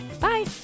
Bye